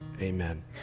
Amen